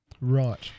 Right